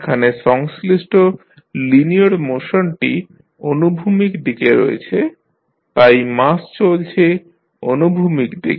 এখানে সংশ্লিষ্ট লিনিয়ার মোশনটি অনুভূমিক দিকে রয়েছে তাই মাস চলছে অনুভূমিক দিকে